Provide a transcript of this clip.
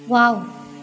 wow